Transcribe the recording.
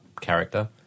character